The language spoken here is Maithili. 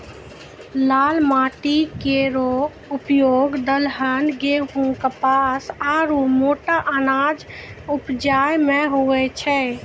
लाल माटी केरो उपयोग दलहन, गेंहू, कपास आरु मोटा अनाज उपजाय म होय छै